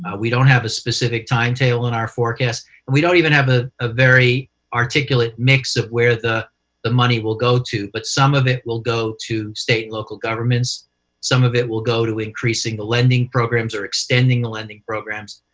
ah we don't have a specific timetable in our forecast, and we don't even have ah a very articulate mix of where the the money will go to. but some of it will go to state and local governments some of it will go to increasing the lending programs or extending the lending programs,